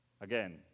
Again